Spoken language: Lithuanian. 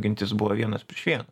gintis buvo vienas prieš vieną